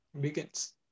begins